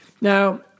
Now